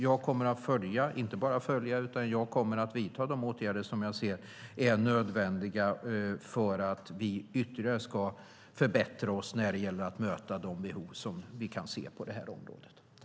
Jag kommer inte bara att följa frågan; jag kommer även att vidta de åtgärder som jag ser är nödvändiga för att vi ytterligare ska förbättra oss när det gäller att möta de behov som vi kan se på det här området.